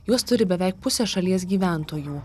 juos turi beveik pusė šalies gyventojų